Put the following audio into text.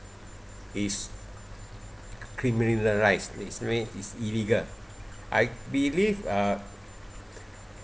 is criminalised it's mean is illegal I believe uh